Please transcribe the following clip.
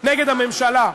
נגד הממשלה,